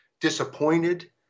disappointed